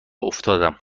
افتادم